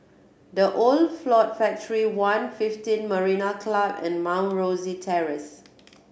The Old Ford Factory One fiften Marina Club and Mount Rosie Terrace